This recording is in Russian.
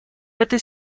этой